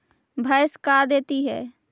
भैंस का देती है?